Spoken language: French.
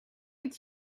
est